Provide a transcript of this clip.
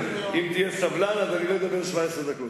תהיה סבלן אני אדבר רק 15 דקות,